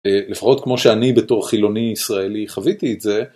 לפחות כמו שאני בתור חילוני ישראלי חוויתי את זה.